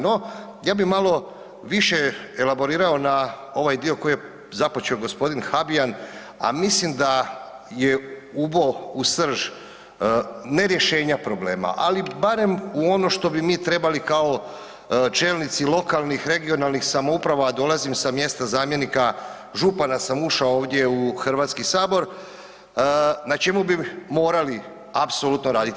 No, ja bi malo više elaborirao na ovaj dio koji je započeo gospodin Habijan, a mislim da je ubo u srž ne rješenja problema, ali barem u ono što bi mi trebali kao čelnici lokalnih, regionalnih samouprava, a dolazim sa mjesta zamjenika župana sam ušao ovdje u Hrvatski sabor, na čemu bi morali apsolutno raditi.